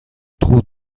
tro